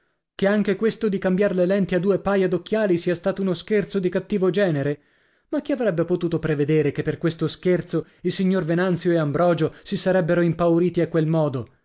camera che anche questo di cambiar le lenti a due paia d'occhiali sia stato uno scherzo di cattivo genere ma chi avrebbe potuto prevedere che per questo scherzo il signor venanzio e ambrogio si sarebbero ìmpauriti a quel modo